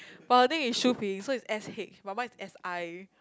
but her name is Shu-Ping so is S_H but mine is S_I